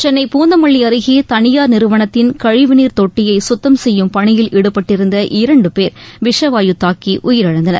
சென்னை பூந்தமல்லி அருகே தனியார் நிறுவனத்தின் கழிவுநீர் தொட்டியை சுத்தம் செய்யும் பணியில் ஈடுபட்டிருந்த இரண்டு பேர் விஷவாயு தாக்கி உயிரிழந்தனர்